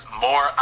more